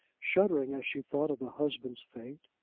shuddering as she thought of the husband's fate.